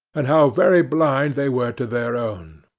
and how very blind they were to their own.